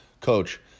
coach